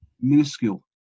minuscule